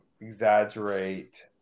exaggerate